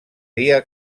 dia